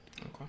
Okay